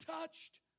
touched